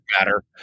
matter